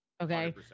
Okay